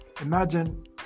imagine